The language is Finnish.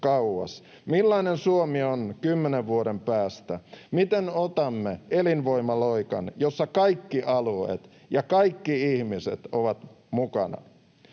Millainen Suomi on kymmenen vuoden päästä? Miten otamme elinvoimaloikan, jossa kaikki alueet ja kaikki ihmiset ovat mukana?